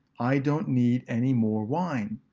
i don't need anymore wine.